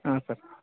ಹಾಂ ಸರ್